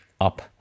up